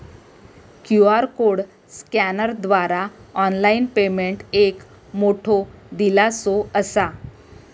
QR code स्कॅनरद्वारा online payment एक मोठो दिलासो असा